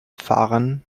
fahren